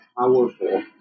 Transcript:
powerful